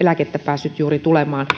eläkettä päässyt juuri tulemaan